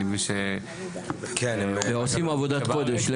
אני מבין ש- הם עושים עבודת קודש,